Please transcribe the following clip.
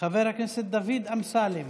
חבר הכנסת דוד אמסלם,